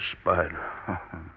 spider